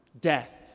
Death